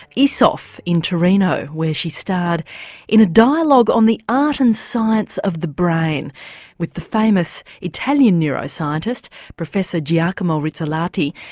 esof in torino where she starred in a dialogue on the art and science of the brain with the famous italian neuroscientist professor giacomo rizzolatti.